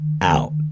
Out